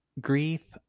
grief